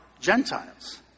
Gentiles